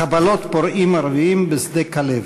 חבלות פורעים ערבים בשדה-כלב.